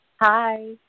Hi